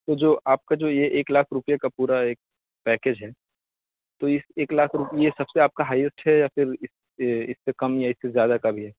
تو جو آپ کا جو یہ ایک لاکھ روپئے کا پورا ایک پیکیج ہے تو اس ایک لاکھ روپیہ یہ سب سے آپ کا ہائیسٹ ہے یا پھر اس سے کم یا اس سے زیادہ کا بھی ہے